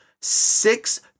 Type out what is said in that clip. six